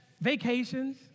vacations